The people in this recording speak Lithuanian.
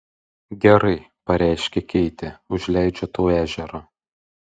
gerai pareiškė keitė užleidžiu tau ežerą